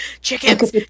Chickens